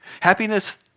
Happiness